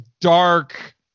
dark